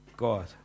God